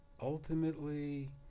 ultimately